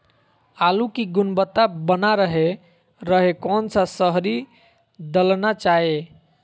आलू की गुनबता बना रहे रहे कौन सा शहरी दलना चाये?